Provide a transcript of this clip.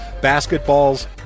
basketball's